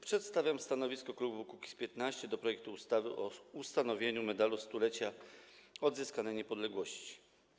Przedstawiam stanowisko klubu Kukiz’15 wobec projektu ustawy o ustanowieniu Medalu Stulecia Odzyskanej Niepodległości.